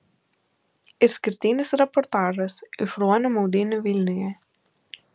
išskirtinis reportažas iš ruonių maudynių vilniuje